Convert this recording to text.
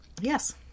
Yes